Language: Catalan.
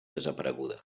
desapareguda